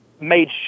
made